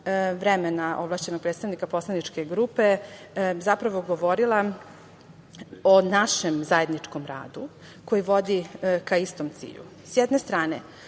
vremena ovlašćenog predstavnika poslaničke grupe, zapravo, govorila o našem zajedničkom radu koji vodi ka istom cilju.S